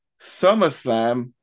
SummerSlam